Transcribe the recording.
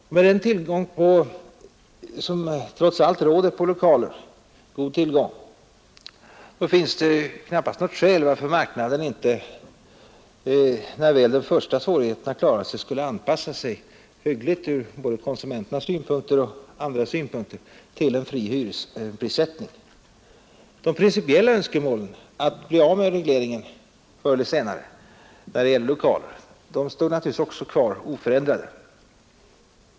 Med den goda tillgång på lokaler som trots allt råder finns det knappast något skäl varför marknaden inte, när väl de första svårigheterna klarats av, skulle anpassa sig hyggligt till en fri hyresprissättning till fördel från både konsumenternas synpunkt och andras synpunkter. Det principiella önskemålet att bli av med regleringen förr eller senare när det gäller lokaler står naturligtvis också kvar oförändrat.